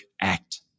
Act